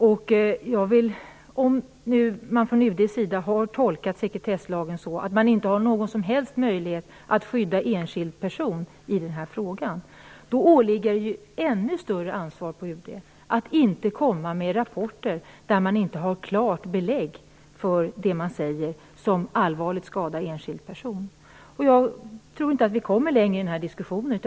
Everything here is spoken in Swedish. Om man från UD:s sida har tolkat sekretesslagen så att man inte har någon som helst möjlighet att skydda enskild person i den här frågan, åligger det UD ett ännu större ansvar för att inte komma med rapporter där man inte har klara belägg för det man säger, vilket allvarligt skadar enskild person. Jag tror inte att vi kommer längre i den här diskussionen.